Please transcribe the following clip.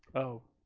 oh.